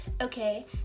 Okay